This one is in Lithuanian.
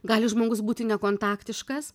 gali žmogus būti nekontaktiškas